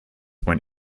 went